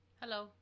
Hello